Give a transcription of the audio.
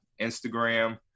Instagram